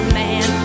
man